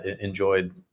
enjoyed